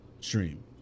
stream